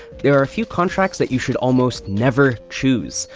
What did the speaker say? there are a few contracts that you should almost never choose.